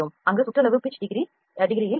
அங்கு சுற்றளவு pitch degree இல் இருக்கும்